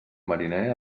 mariner